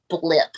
blip